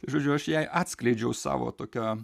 tai žodžiu aš jai atskleidžiau savo tokią